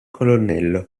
colonnello